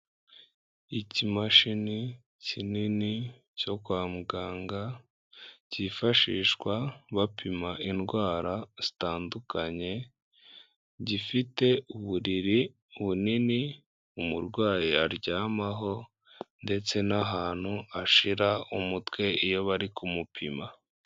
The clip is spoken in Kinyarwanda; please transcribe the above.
Ikimashini kinini cyo kwa muganga, cyifashishwa bapima indwara zitandukanye, gifite uburiri bunini umurwayi aryamaho, ndetse n'ahantu ashyira umutwe iyo bari kumupima.